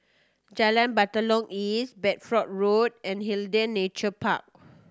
Jalan Batalong East Bedford Road and Nature Park